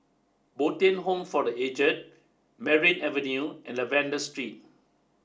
Bo Tien home for the Aged Merryn Avenue and Lavender Street